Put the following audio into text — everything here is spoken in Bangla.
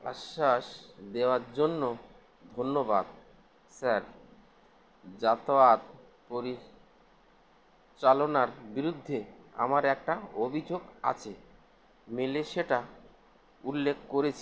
আশ্বাস দেওয়ার জন্য ধন্যবাদ স্যার যাতোয়াত পরিচালনার বিরুদ্ধে আমার একটা অভিযোগ আছে মেলে সেটা উল্লেখ করেছি